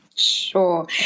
Sure